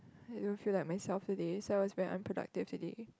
I don't feel like myself today so I was very unproductive today